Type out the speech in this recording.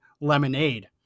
lemonade